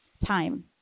time